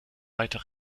weiter